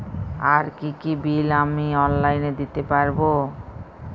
আর কি কি বিল আমি অনলাইনে দিতে পারবো?